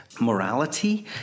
morality